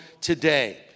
today